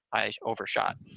i overshot.